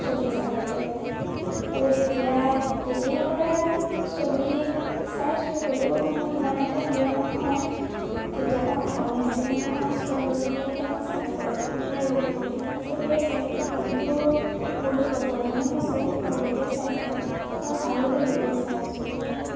ছবি চাবলৈ গ'লে আৰু এতিয়া তেতিয়াৰ পৰা ছবি চাইছোঁ হ'লেও মোৰ ইমান এটা প্ৰিয় নহয় কেতিয়াবা অসমীয়া চিনেমা চলিলেহে মই চাবলে যাওঁ এতিয়া ৰঘুপতি খন চলি আছে সেইখনটো বহুত প্ৰচলনে হৈছে বহুতে চাইছে আৰু ভালো লাগিলে চাই ছবিখন